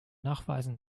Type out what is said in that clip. nachweisen